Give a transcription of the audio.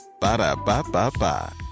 Ba-da-ba-ba-ba